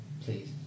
Please